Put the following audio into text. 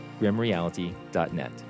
GrimReality.net